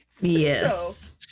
Yes